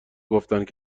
گفتند